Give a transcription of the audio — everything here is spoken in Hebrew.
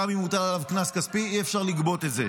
וגם אם הוטל עליו קנס כספי אי-אפשר לגבות את זה.